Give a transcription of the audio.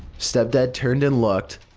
step-dad turned and looked,